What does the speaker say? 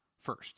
first